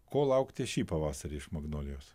ko laukti šį pavasarį iš magnolijos